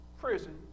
prison